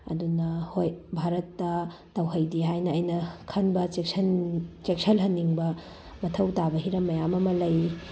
ꯑꯗꯨꯅ ꯍꯣꯏ ꯚꯥꯔꯠꯇ ꯇꯧꯍꯩꯗꯦ ꯍꯥꯏꯅ ꯑꯩꯅ ꯈꯟꯕ ꯆꯦꯛꯁꯤꯜꯍꯟꯅꯤꯡꯕ ꯃꯊꯧ ꯇꯥꯕ ꯍꯤꯔꯝ ꯃꯌꯥꯝ ꯑꯃ ꯂꯩ